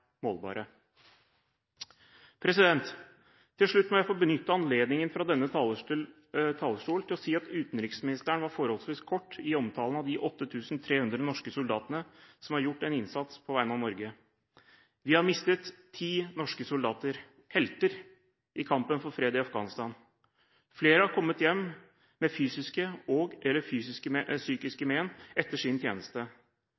målbare. Til slutt må jeg få benytte anledningen – fra denne talerstolen – til å si at utenriksministeren var forholdsvis kort i omtalen av de 8 300 norske soldatene som har gjort en innsats på vegne av Norge. Vi har mistet ti norske soldater – helter – i kampen for fred i Afghanistan. Flere har kommet hjem med fysiske